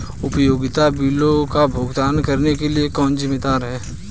उपयोगिता बिलों का भुगतान करने के लिए कौन जिम्मेदार है?